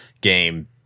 game